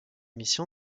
mission